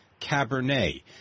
cabernet